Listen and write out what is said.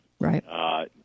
Right